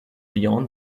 beyond